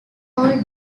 owl